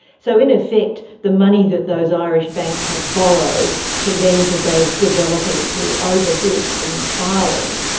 so in effect, the money that those irish banks had borrowed to lend to those developers who over-built in ireland,